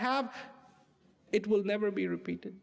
have it will never be repeated